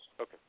Okay